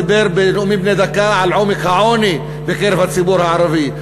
דיבר בנאומים בני דקה על עומק העוני בקרב הציבור הערבי.